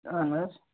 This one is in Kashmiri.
اَہَن حظ